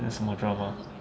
then 什么 drama